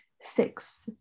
six